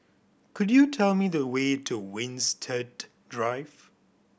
could you tell me the way to Winstedt Drive